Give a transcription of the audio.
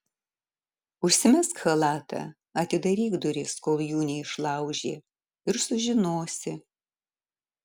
užsimesk chalatą atidaryk duris kol jų neišlaužė ir sužinosi